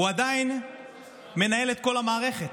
הוא עדיין מנהל את כל המערכת.